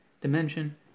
dimension